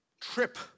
trip